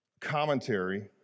commentary